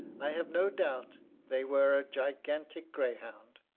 i have no doubt they were a gigantic greyhound.